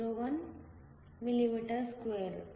01 mm2